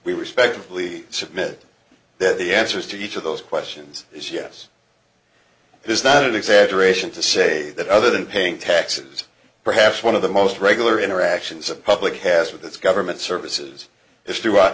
we respectfully submit that the answers to each of those questions is yes this is not an exaggeration to say that other than paying taxes perhaps one of the most regular interactions the public has with its government services is throughout